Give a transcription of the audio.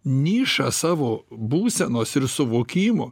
nišą savo būsenos ir suvokimo